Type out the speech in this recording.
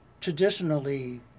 traditionally